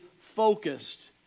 focused